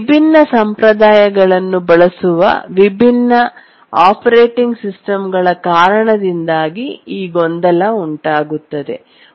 ವಿಭಿನ್ನ ಸಂಪ್ರದಾಯಗಳನ್ನು ಬಳಸುವ ವಿಭಿನ್ನ ಆಪರೇಟಿಂಗ್ ಸಿಸ್ಟಮ್ಗಳ ಕಾರಣದಿಂದಾಗಿ ಗೊಂದಲ ಉಂಟಾಗುತ್ತದೆ